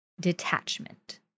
detachment